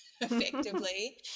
effectively